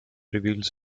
reveals